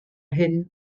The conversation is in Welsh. hyn